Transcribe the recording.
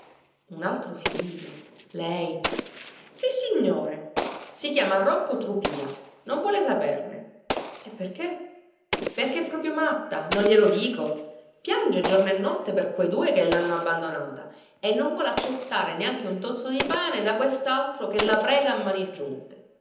un altro figlio lei sissignore si chiama rocco trupìa non vuole saperne e perché perché è proprio matta non glielo dico piange giorno e notte per quei due che lhanno abbandonata e non vuole accettare neanche un tozzo di pane da questaltro che la prega a mani giunte